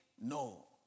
No